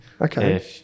Okay